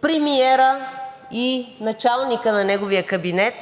премиерът и началникът на неговия кабинет